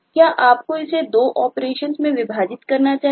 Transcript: क्या आपको इसे दो ऑपरेशन में विभाजित करना चाहिए